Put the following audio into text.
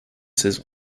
saison